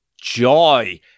joy